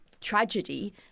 tragedy